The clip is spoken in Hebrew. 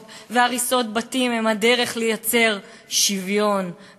והריסות בתים הם הדרך לייצר שוויון,